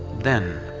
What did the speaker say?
then,